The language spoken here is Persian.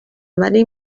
ولی